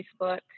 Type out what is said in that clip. Facebook